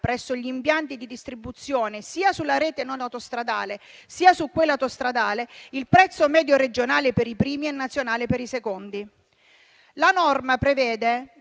presso gli impianti di distribuzione sia sulla rete non autostradale sia su quella autostradale il prezzo medio regionale per i primi e nazionale per i secondi. La norma prevede